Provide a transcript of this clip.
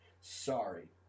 Sorry